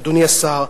אדוני השר,